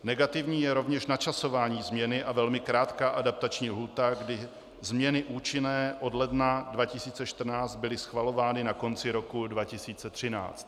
Negativní je rovněž načasování změny a velmi krátká adaptační lhůta, kdy změny účinné od ledna 2014 byly schvalovány na konci roku 2013.